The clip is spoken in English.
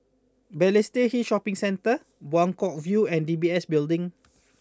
Balestier Hill Shopping Centre Buangkok View and D B S Building